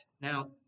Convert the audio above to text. Now